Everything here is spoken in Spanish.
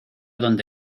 dónde